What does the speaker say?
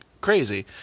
crazy